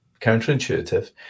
counterintuitive